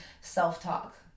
self-talk